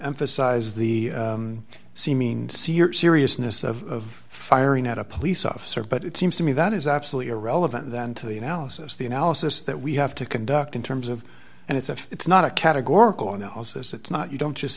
emphasize the seeming see your seriousness of firing at a police officer but it seems to me that is absolutely irrelevant then to the analysis the analysis that we have to conduct in terms of and it's a it's not a categorical analysis it's not you don't just